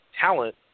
talent